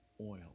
oil